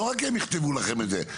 לא רק שהם יכתבו לכם את זה,